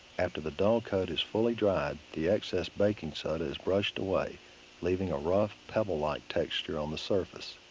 after the dullcote is fully dried, the excess baking soda is brushed away leaving a rough pebble-like texture on the surface.